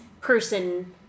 person